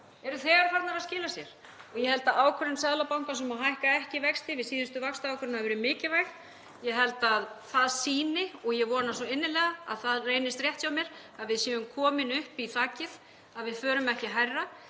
eru þegar farnar að skila sér. Ég held að ákvörðun Seðlabankans um að hækka ekki vexti við síðustu vaxtaákvörðun hafi verið mikilvæg. Ég held að það sýni, og ég vona svo innilega að það reynist rétt hjá mér, að við séum komin upp í þakið, að við förum ekki hærra.